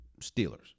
Steelers